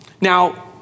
Now